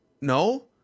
no